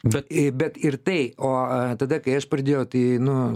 bet bet ir tai o a tada kai aš pradėjau tai nu